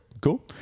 cool